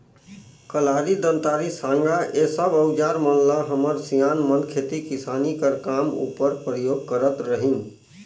कलारी, दँतारी, साँगा ए सब अउजार मन ल हमर सियान मन खेती किसानी कर काम उपर परियोग करत रहिन